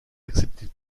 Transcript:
acceptez